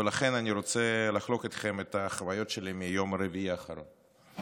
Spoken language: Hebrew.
ולכן אני רוצה לחלוק אתכם את החוויות שלי מיום רביעי האחרון.